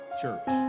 church